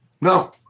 No